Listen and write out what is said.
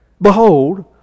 behold